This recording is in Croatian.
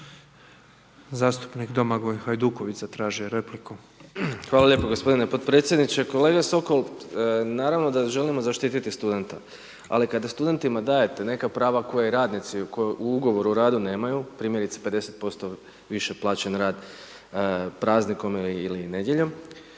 zatražio je repliku. **Hajduković, Domagoj (SDP)** Hvala lijepo gospodine podpredsjedniče. Kolega Sokol, naravno da želimo zaštiti studente, ali kad studentima dajete neka prava koje radnici u ugovoru o radu nemaju primjerice 50% više plaćen rad praznikom ili nedjeljom.